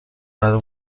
قرار